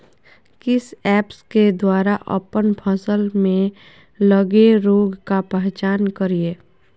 किस ऐप्स के द्वारा अप्पन फसल में लगे रोग का पहचान करिय?